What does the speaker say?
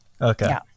Okay